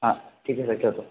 हां ठीक आहे सर ठेवतो